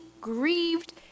grieved